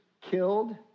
killed